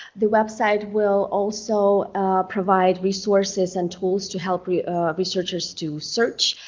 the website will also provide resources and tools to help researchers to search,